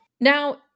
Now